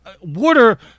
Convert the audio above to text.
Water